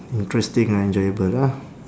interesting ah enjoyable ah